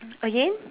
again